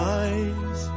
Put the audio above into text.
eyes